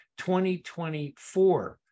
2024